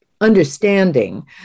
understanding